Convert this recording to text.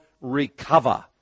recover